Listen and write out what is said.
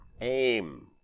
aim